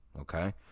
okay